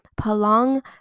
Palang